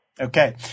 Okay